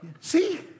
See